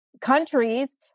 countries